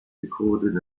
recorded